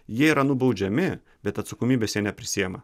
jie yra nubaudžiami bet atsakomybės jie neprisiima